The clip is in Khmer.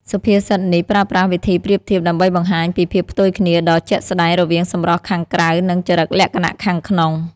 សុភាសិតនេះប្រើប្រាស់វិធីប្រៀបធៀបដើម្បីបង្ហាញពីភាពផ្ទុយគ្នាដ៏ជាក់ស្តែងរវាងសម្រស់ខាងក្រៅ និងចរិតលក្ខណៈខាងក្នុង។